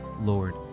Lord